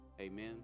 Amen